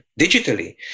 digitally